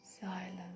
silence